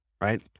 right